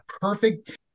perfect